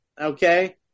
okay